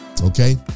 okay